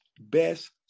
best